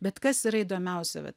bet kas yra įdomiausia vat